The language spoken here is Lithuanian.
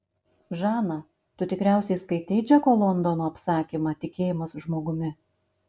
žana tu tikriausiai skaitei džeko londono apsakymą tikėjimas žmogumi